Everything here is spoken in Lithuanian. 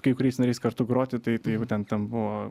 kai kuriais nariais kartu groti tai tai jau ten ten buvo